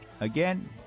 Again